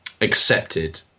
accepted